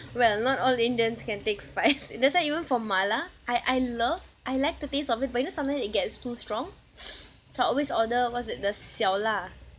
well not all indians can take spice that's why even for mala I I love I like the taste of it but you know sometimes it gets too strong so I always order what's it the 小辣